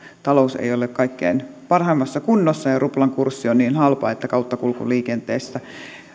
talous ei ole kaikkein parhaimmassa kunnossa ja ja ruplan kurssi on niin halpa että kauttakulkuliikenteessä